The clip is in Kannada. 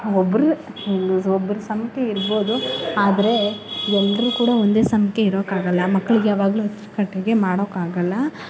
ಒಬ್ಬರು ಲೂಸು ಒಬ್ರ ಸಮಕ್ಕೆ ಇರ್ಬೋದು ಆದರೆ ಎಲ್ಲರೂ ಕೂಡ ಒಂದೇ ಸಮಕ್ಕೆ ಇರೋಕ್ಕಾಗೋಲ್ಲ ಮಕ್ಳಿಗೆ ಯಾವಾಗಲೂ ಅಚ್ಚುಕಟ್ಟಾಗೆ ಮಾಡೋಕ್ಕಾಗೋಲ್ಲ